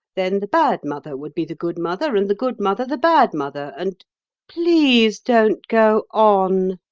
then the bad mother would be the good mother and the good mother the bad mother. and please don't go on,